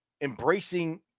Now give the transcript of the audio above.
embracing